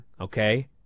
okay